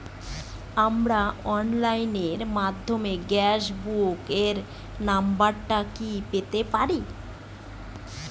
আমার অনলাইনের মাধ্যমে গ্যাস বুকিং এর নাম্বারটা কি পেতে পারি?